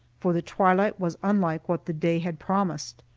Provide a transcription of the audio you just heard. for the twilight was unlike what the day had promised.